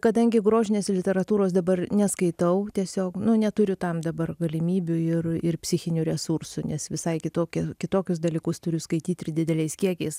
kadangi grožinės literatūros dabar neskaitau tiesiog neturiu tam dabar galimybių ir ir psichinių resursų nes visai kitoki kitokius dalykus turiu skaityt ir dideliais kiekiais